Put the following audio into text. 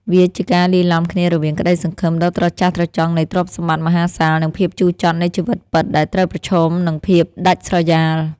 វាជាការលាយឡំគ្នារវាងក្តីសង្ឃឹមដ៏ត្រចះត្រចង់នៃទ្រព្យសម្បត្តិមហាសាល និងភាពជូរចត់នៃជីវិតពិតដែលត្រូវប្រឈមនឹងភាពដាច់ស្រយាល។